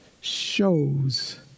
shows